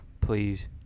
please